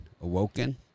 Awoken